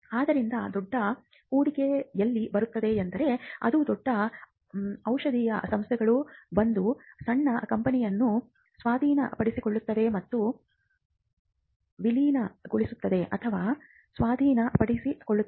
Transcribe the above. ಆದ್ದರಿಂದ ದೊಡ್ಡ ಹೂಡಿಕೆ ಎಲ್ಲಿ ಬರುತ್ತದೆ ಎಂದರೆ ಅದು ದೊಡ್ಡ ಔಷಧೀಯ ಸಂಸ್ಥೆಗಳು ಬಂದು ಸಣ್ಣ ಕಂಪನಿಯನ್ನು ಸ್ವಾಧೀನಪಡಿಸಿಕೊಳ್ಳುತ್ತವೆ ಅಥವಾ ವಿಲೀನಗೊಳಿಸುತ್ತವೆ ಅಥವಾ ಸ್ವಾಧೀನಪಡಿಸಿಕೊಳ್ಳುತ್ತವೆ